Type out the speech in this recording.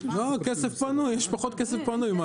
יש פחות כסף פנוי.